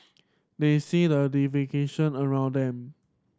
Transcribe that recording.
they see the around them